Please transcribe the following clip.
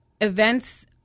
Events